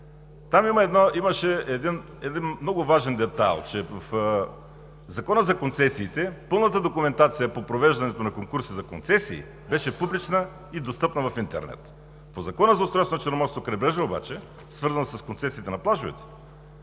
Там имаше един много важен детайл, че в Закона за концесиите пълната документация по провеждането на конкурси за концесии беше публична и достъпна в интернет. По Закона за устройство на Черноморското крайбрежие обаче, свързан с концесиите на плажовете,